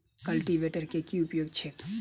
Cultivator केँ की उपयोग छैक?